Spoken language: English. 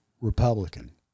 Republican